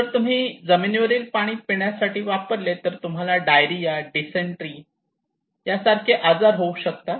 जर तुम्ही जमिनीवरील पाणी पिण्यासाठी वापरले तर तुम्हाला डायरिया डिसेंट्री यासारखे आजार होऊ शकतात